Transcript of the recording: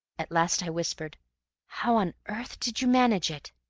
at last i whispered how on earth did you manage it?